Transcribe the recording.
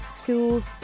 schools